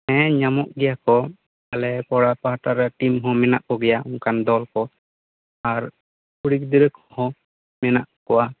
ᱦᱮᱸ ᱧᱟᱢᱚᱜ ᱜᱮᱭᱟ ᱠᱚ ᱟᱞᱮ ᱠᱚᱲᱟ ᱯᱟᱦᱟᱴᱟ ᱨᱮ ᱴᱤᱢ ᱦᱚᱸ ᱢᱮᱱᱟᱜ ᱠᱚᱜᱮᱭᱟ ᱚᱱᱠᱟᱱ ᱫᱚᱞ ᱠᱚ ᱟᱨ ᱠᱩᱲᱤ ᱜᱤᱫᱽᱨᱟᱹ ᱠᱚᱦᱚᱸ ᱢᱮᱱᱟᱜ ᱠᱚᱣᱟ